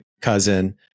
cousin